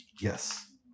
Yes